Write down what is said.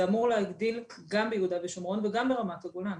זה אמור להגדיל גם ביהודה ושומרון וגם באזור רמת הגולן.